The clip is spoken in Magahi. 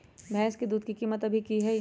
भैंस के दूध के कीमत अभी की हई?